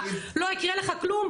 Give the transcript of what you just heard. לא יקרה לך כלום,